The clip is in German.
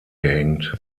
gehängt